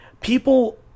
people